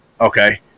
okay